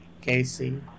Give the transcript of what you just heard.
Casey